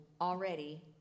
already